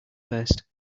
first